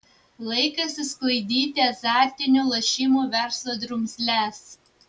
laikas išsklaidyti azartinių lošimų verslo drumzles